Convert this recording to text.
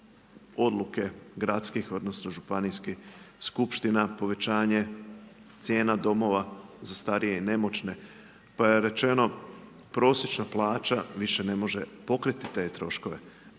odluke gradskih odnosno županijskih skupština, povećanje cijena domova za starije i nemoćne. Pa je rečeno prosječna plaća više ne može pokriti te troškove.